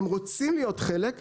הם רוצים להיות חלק,